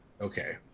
Okay